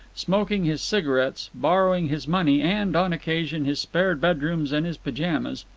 smoking his cigarettes, borrowing his money, and, on occasion, his spare bedrooms and his pyjamas,